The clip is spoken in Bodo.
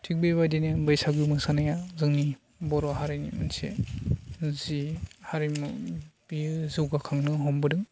थिग बेबायदिनो बैसागो मोसानाया जोंनि बर' हारिनि मोनसे जि हारिमु बियो जौगाखांनो हमबोदों